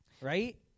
right